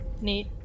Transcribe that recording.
Neat